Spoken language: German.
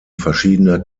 verschiedener